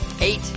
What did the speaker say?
Eight